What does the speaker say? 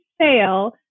sale